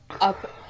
up